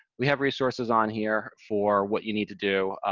we have resources on here for what you need to do.